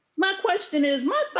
my question is my but